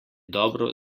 dobro